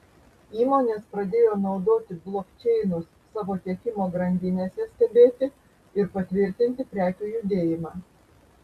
įmonės pradėjo naudoti blokčeinus savo tiekimo grandinėse stebėti ir patvirtinti prekių judėjimą